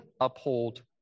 uphold